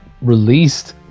released